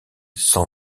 sans